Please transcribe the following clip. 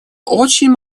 очень